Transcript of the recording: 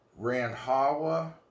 Ranhawa